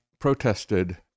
protested